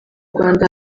rwanda